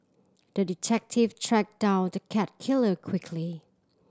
the detective tracked down the cat killer quickly